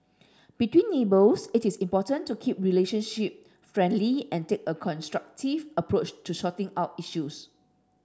between neighbours it is important to keep relationship friendly and take a constructive approach to sorting out issues